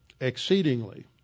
exceedingly